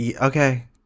okay